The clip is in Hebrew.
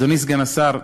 אדוני השר,